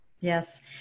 yes